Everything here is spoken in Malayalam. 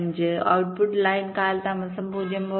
25 ഔട്ട്പുട് ലൈൻ കാലതാമസം 0